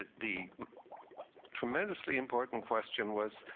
the tremendously important question was,